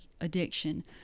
addiction